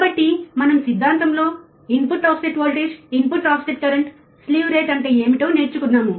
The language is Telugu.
కాబట్టి మనం సిద్ధాంతం లో input offset voltage input offset current slew rate అంటే ఏమిటో నేర్చుకున్నాము